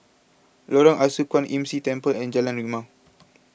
Lorong Ah Soo Kwan Imm See Temple and Jalan Rimau